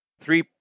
three